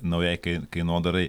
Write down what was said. naujai kai kainodarai